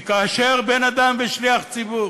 כי כאשר בן-אדם ושליח ציבור